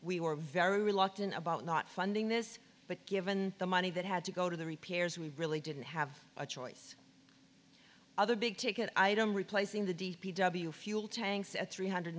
we were very reluctant about not funding this but given the money that had to go to the repairs we really didn't have a choice other big ticket item replacing the d p w fuel tanks at three hundred